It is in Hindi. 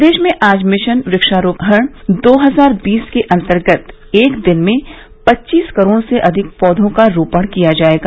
प्रदेश में आज मिशन वृक्षारोपण दो हजार बीस के अन्तर्गत एक दिन में पच्चीस करोड़ से अधिक पौधों का रोपण किया जायेगा